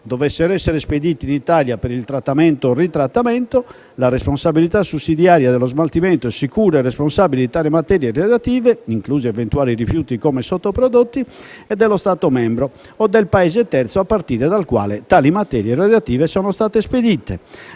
dovessero essere spediti in Italia per il trattamento o ritrattamento, la responsabilità sussidiaria dello smaltimento sicuro e responsabile di tali materie radioattive, inclusi eventuali rifiuti come sottoprodotti, è dello Stato membro o del Paese terzo a partire dal quale tali materie radioattive sono state spedite.